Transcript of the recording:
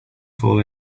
fall